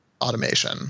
automation